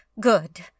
Good